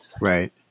Right